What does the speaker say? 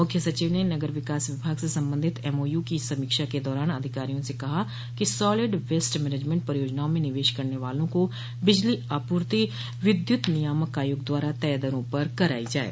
मुख्य सचिव ने नगर विकास विभाग से संबंधित एमओयू की समीक्षा के दौरान अधिकारियों से कहा कि सॉलिड वेस्ट मैनेजमेंट परियोजनाओं में निवेश करने वालों को बिजली आपूर्ति विद्युत नियामक आयोग द्वारा तय दरा पर कराई जाये